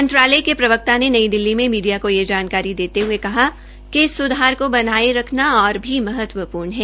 मंत्रालय के प्रवक्ता ने नई दिल्ली में मीडिया को यह जानकारी देते हये कहा कि इस सुधार को बनाये रखना और भी महत्वपूर्ण है